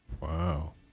Wow